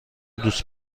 دوست